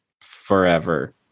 forever